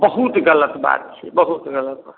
बहुत गलत बात छै बहुत गलत बात